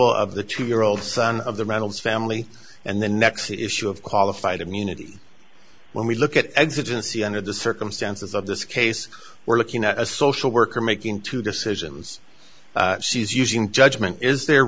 removal of the two year old son of the reynolds family and the next issue of qualified immunity when we look at existence see under the circumstances of this case we're looking at a social worker making two decisions she's using judgment is the